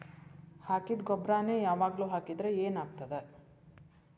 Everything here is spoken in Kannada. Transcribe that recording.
ಹಾಕಿದ್ದ ಗೊಬ್ಬರಾನೆ ಯಾವಾಗ್ಲೂ ಹಾಕಿದ್ರ ಏನ್ ಆಗ್ತದ?